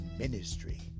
ministry